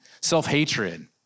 self-hatred